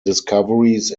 discoveries